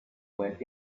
went